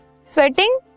Sweating